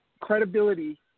credibility